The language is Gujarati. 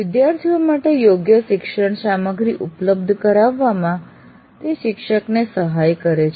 વિદ્યાર્થીઓ માટે યોગ્ય શિક્ષણ સામગ્રી ઉપલબ્ધ કરાવવામાં તે શિક્ષકને સહાય કરે છે